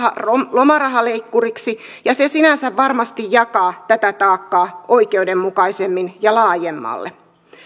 lomarahaleikkuriksi ja se sinänsä varmasti jakaa tätä taakkaa oikeudenmukaisemmin ja laajemmalle